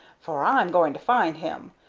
for i'm going to find him,